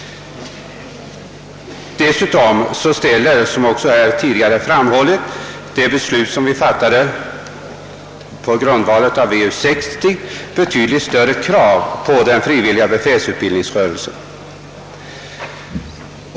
Dessutom ställer, som också här tidigare framhållits, det beslut vi fattat på grundval av 1960 års värnpliktsutredning betydligt större krav på den frivilliga befälsutbildningsrörelsen.